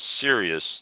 serious